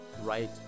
Right